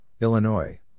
Illinois